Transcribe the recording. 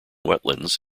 wetlands